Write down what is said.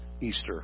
Easter